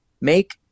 make